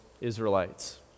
Israelites